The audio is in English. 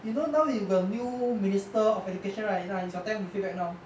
you know now you got new minister of education right nah it's your time to feedback now